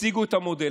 הציגו את המודל.